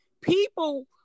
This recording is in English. People